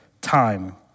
time